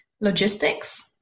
logistics